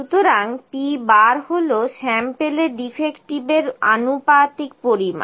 সুতরাং p হল স্যাম্পেলে ডিফেক্টিভ এর আনুপাতিক পরিমাণ